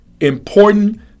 important